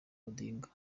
odinga